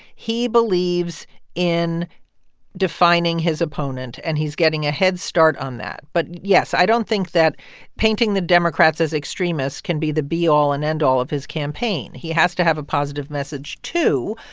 he believes in defining his opponent. and he's getting a head start on that but yes, i don't think that painting the democrats as extremists can be the be all and end all of his campaign. he has to have a positive message too.